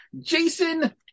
Jason